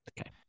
Okay